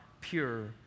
pure